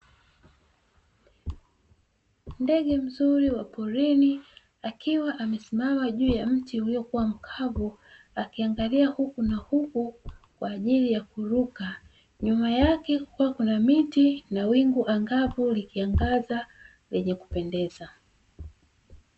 Ndege mzuri wa porini akiwa amesimama juu ya mti uliokuwa mkavu akiangalia huku na huku kwa ajili ya kuruka, nyuma yake kukiwa kuna miti na wingu angavu likiangaza lenye kupendeza.